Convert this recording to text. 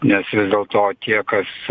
nes vis dėlto tie kas